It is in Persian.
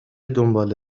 دنباله